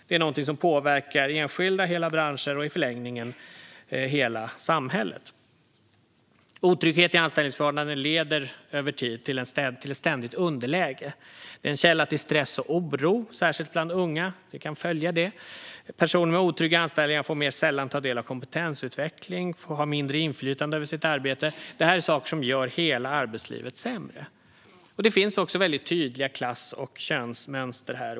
Det är något som påverkar enskilda människor, hela branscher och i förlängningen hela samhället. Otrygghet i anställningsförhållanden leder över tid till ett ständigt underläge. Det är en källa till stress och oro, särskilt bland unga. Vi kan följa det. Personer med otrygga anställningar får mer sällan ta del av kompetensutveckling och har mindre inflytande över sitt arbete. Det här är saker som gör hela arbetslivet sämre. Det finns också väldigt tydliga klass och könsmönster här.